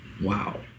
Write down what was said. Wow